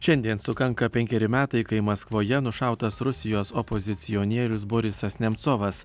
šiandien sukanka penkeri metai kai maskvoje nušautas rusijos opozicionierius borisas nemcovas